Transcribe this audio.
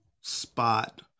spot